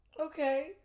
Okay